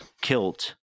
kilt